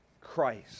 Christ